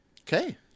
Okay